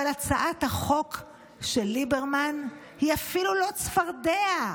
אבל הצעת החוק של ליברמן היא אפילו לא צפרדע,